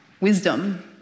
wisdom